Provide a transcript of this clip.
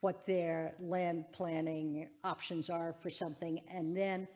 what their land planning options are for something and then